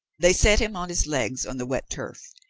they set him on his legs on the wet turf,